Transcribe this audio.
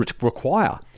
require